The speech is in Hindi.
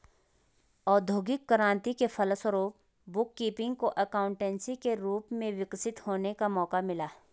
औद्योगिक क्रांति के फलस्वरूप बुक कीपिंग को एकाउंटेंसी के रूप में विकसित होने का मौका मिला